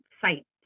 site